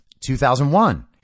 2001